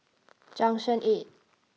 junction eight